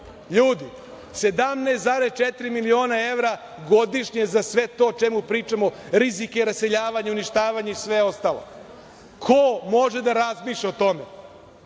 Ljudi, 17,4 miliona evra godišnje za sve to o čemu pričamo, rizik je raseljavanje, uništavanje i ostalo .Ko može da razmišlja o tome,